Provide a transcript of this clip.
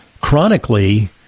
chronically